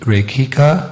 Rekika